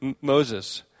Moses